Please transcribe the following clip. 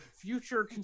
future